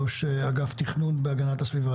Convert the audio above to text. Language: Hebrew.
ראש אגף תכנון במשרד להגנת הסביבה,